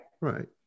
Right